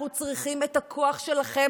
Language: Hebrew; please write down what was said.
אנחנו צריכים את הכוח שלכם,